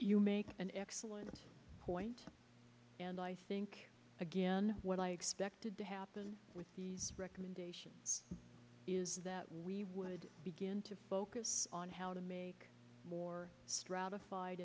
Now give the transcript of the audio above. you make an excellent point and i think again when i expected to happen with these recommendations is that we would begin to focus on how to make more stratified